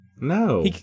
No